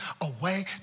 away